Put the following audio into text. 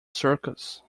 circus